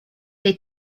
they